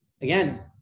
again